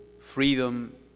freedom